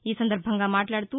ఈ సందర్బంగా మాట్లాడుతూ